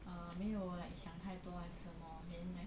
err 没有 like 想太多还是什么 then like